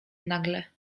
nagle